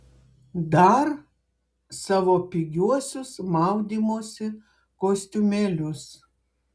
dar savo pigiuosius maudymosi kostiumėlius